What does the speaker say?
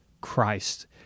Christ